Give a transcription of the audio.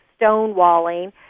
stonewalling